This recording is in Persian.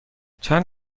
چند